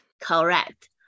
Correct